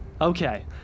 Okay